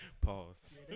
Pause